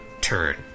turn